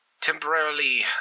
temporarily